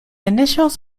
initials